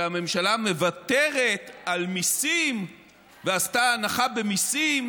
שהממשלה מוותרת על מיסים ועשתה הנחה במיסים